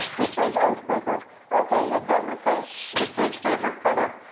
this says icebreaker. okay, it doesn't say shh, it says favorite color.